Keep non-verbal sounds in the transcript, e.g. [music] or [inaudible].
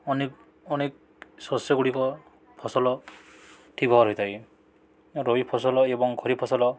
ଅନେକ ଅନେକ ଶସ୍ୟଗୁଡ଼ିକ ଫସଲ [unintelligible] ହୋଇଥାଏ ରବି ଫସଲ ଏବଂ ଖରିଫ ଫସଲ